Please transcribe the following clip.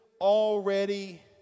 already